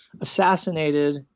assassinated